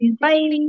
Bye